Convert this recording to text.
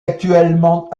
actuellement